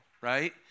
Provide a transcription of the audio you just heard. right